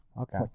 Okay